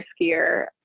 riskier